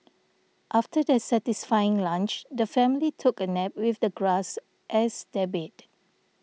after their satisfying lunch the family took a nap with the grass as their bed